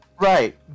Right